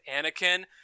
Anakin